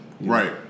right